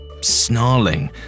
snarling